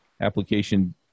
application